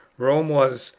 rome was,